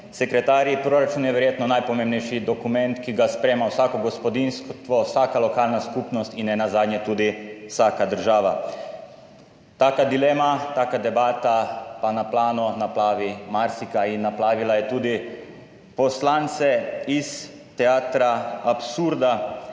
sekretarji! Proračun je verjetno najpomembnejši dokument, ki ga sprejema vsako gospodinjstvo, vsaka lokalna skupnost in nenazadnje tudi vsaka država. Taka dilema, taka debata pa na plano naplavi marsikaj in naplavila je tudi poslance iz teatra absurda,